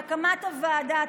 והקמת הוועדה,